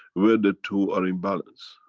where the two are in balance.